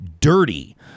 dirty